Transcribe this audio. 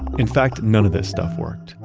in fact, none of this stuff worked.